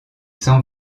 semble